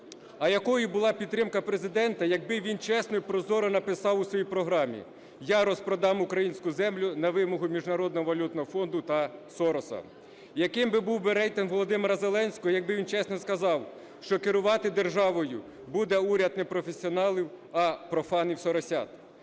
а якою була б підтримка Президента, якби він чесно і прозоро написав у своїй програмі: "Я розпродам українську землю на вимогу Міжнародного валютного фонду та Сороса"? Яким би був рейтинг Володимира Зеленського якби він чесно сказав, що керувати державою буде уряд непрофесіоналів, а профанів-соросят?